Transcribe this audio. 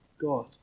God